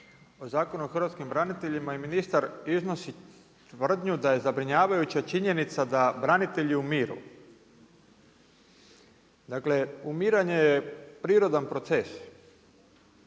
Zakon o hrvatskim braniteljima i ministar iznosi tvrdnju da je zabrinjavajuća činjenica da branitelji umiru. Dakle, umiranje je prirodan proces.